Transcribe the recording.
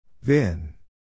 Vin